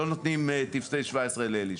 לא נותנים טופסי 17 לאלישע.